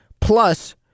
Plus